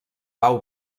pau